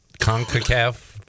CONCACAF